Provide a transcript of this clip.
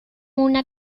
una